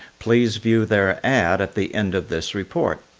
please view their ad at the end of this report.